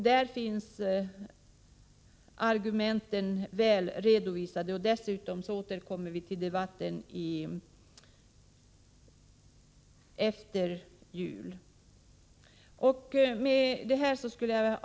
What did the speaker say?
Där finns argumenten väl redovisade. Dessutom återkommer vi till denna debatt efter jul. Herr talman!